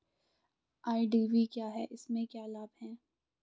IDV क्या है इसमें क्या लाभ है?